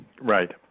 Right